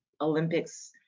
Olympics